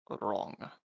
wrong